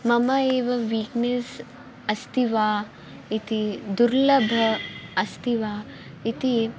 मम एव वीक्नेस् अस्ति वा इति दुर्लभं अस्ति वा इति